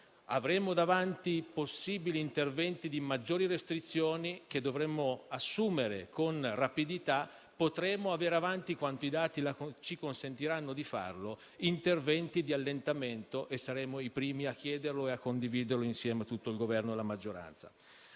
Avremo davanti possibili interventi di maggiori restrizioni che dovremo assumere con rapidità, potremo anche avere, quando i dati ci consentiranno di farlo, interventi di allentamento e saremo i primi a chiederli e a condividerli insieme a tutto il Governo e alla maggioranza.